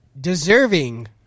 deserving